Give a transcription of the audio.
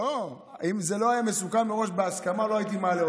אם זה לא היה מסוכם מראש בהסכמה, לא הייתי מעלה.